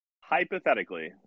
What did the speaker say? Hypothetically